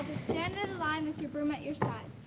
stand in line with your broom at your side.